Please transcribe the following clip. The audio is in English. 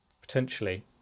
potentially